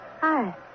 Hi